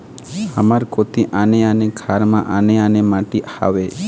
हमर कोती आने आने खार म आने आने माटी हावे?